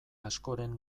askoren